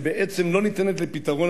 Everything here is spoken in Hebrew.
שבעצם לא ניתנת לפתרון,